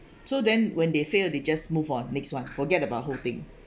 so then when they fail they just move on next [one] forget about whole thing